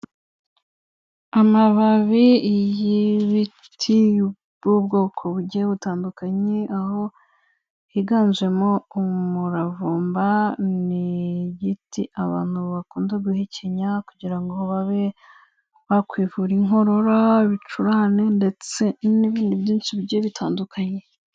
Amababi y'ibiti by'ubwoko bugiye butandukanye, aho higanjemo umuravumba, ni igiti abantu bakunda guhekenya kugira ngo babe bakwivura inkorora, ibicurane ndetse n'ibindi byinshi bigiye bitandukanye.